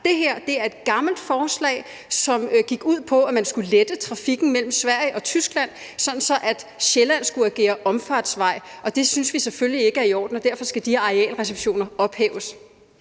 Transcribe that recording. Det her er et gammelt forslag, som gik ud på, at man skulle lette trafikken mellem Sverige og Tyskland, sådan at Sjælland skulle agere omfartsvej. Det synes vi selvfølgelig ikke er i orden, og derfor skal de arealreservationer ophæves.